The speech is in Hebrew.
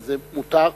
וזה מותר,